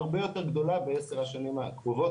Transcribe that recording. הרבה יותר גדולה בעשר השנים הקרובות.